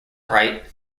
right